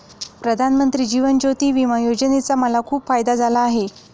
प्रधानमंत्री जीवन ज्योती विमा योजनेचा मला खूप फायदा झाला आहे